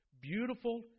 beautiful